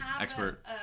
expert